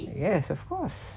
yes of course